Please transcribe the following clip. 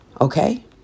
Okay